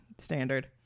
standard